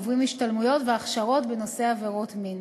העוברים השתלמויות והכשרות בנושא עבירות מין.